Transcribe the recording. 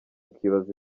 ukibaza